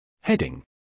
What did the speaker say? Heading